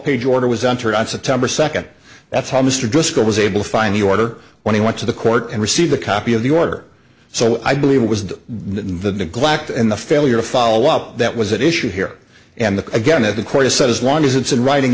page order was entered on september second that's how mr driscoll was able to find the order when he went to the court and received a copy of the order so i believe it was the neglect and the failure to follow up that was at issue here and the again if the court said as long as it's in writing